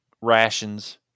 rations